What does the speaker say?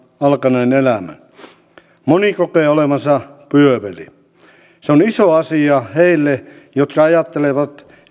alkaneen elämän moni kokee olevansa pyöveli se on iso asia heille jotka ajattelevat